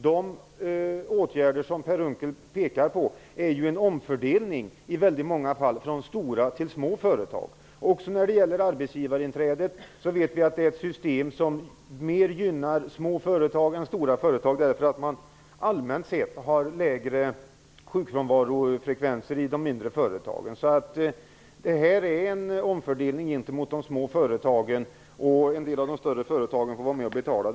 De åtgärder som Per Unckel pekar på innebär i många fall en omfördelning, från stora till små företag. Vi vet att systemet med arbetsgivarinträde gynnar små företag mer än stora. Allmänt sett är sjukfrånvaron lägre i de mindre företagen. Det är en omfördelning gentemot de små företagen. En del av de större företagen får vara med och betala.